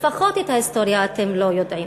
לפחות את ההיסטוריה אתם לא יודעים.